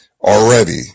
already